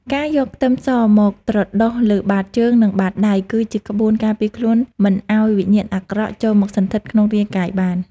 ការយកខ្ទឹមសមកត្រដុសលើបាតជើងនិងបាតដៃគឺជាក្បួនការពារខ្លួនមិនឱ្យវិញ្ញាណអាក្រក់ចូលមកសណ្ឋិតក្នុងរាងកាយបាន។